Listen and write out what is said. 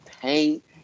paint